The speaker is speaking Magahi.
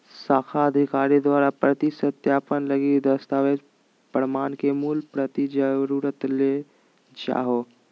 शाखा अधिकारी द्वारा प्रति सत्यापन लगी दस्तावेज़ प्रमाण के मूल प्रति जरुर ले जाहो